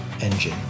engine